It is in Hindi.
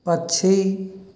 पक्षी